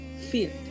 field